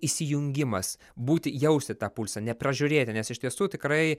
įsijungimas būti jausti tą pulsą nepražiūrėti nes iš tiesų tikrai